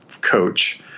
coach